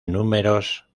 números